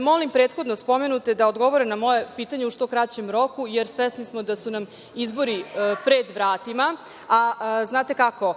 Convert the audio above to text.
molim prethodno spomenute da odgovore na moje pitanje u što kraćem roku, jer svesni smo da su nam izbori pred vratima, a znate kako,